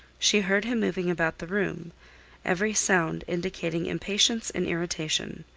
she heard him moving about the room every sound indicating impatience and irritation.